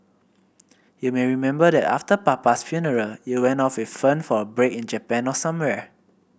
you may remember that after papa's funeral you went off with Fern for a break in Japan or somewhere